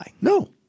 No